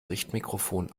richtmikrofon